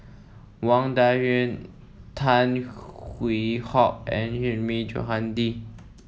Wang Dayuan Tan Hwee Hock and Hilmi Johandi